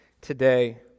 today